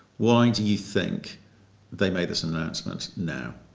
why do you think they made this announcement now?